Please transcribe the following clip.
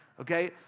Okay